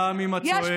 גם אם את צועקת,